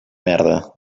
merda